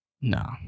No